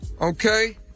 Okay